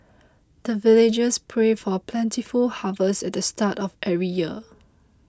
the villagers pray for plentiful harvest at the start of every year